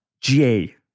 GA